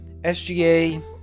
SGA